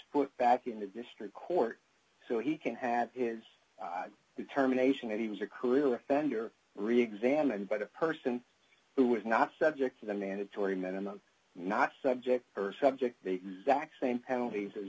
foot back in the district court so he can have his determination that he was a career offender reexamined by the person who was not subject to the mandatory minimum not subject subject zakk same penalties